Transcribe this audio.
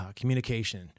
communication